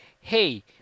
hey